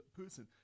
person